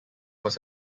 was